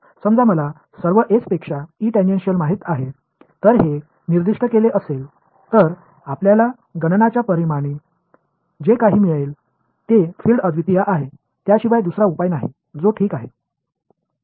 समजा मला सर्व एस पेक्षा ई टॅन्जेन्शियल माहित आहे जर ते निर्दिष्ट केले असेल तर आपल्याला गणनाच्या परिणामी जे काही मिळेल ते फील्ड अद्वितीय आहेत त्याशिवाय दुसरा उपाय नाही जो ठीक आहे